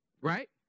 Right